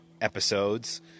episodes